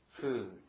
Food